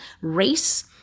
race